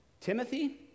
Timothy